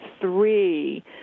three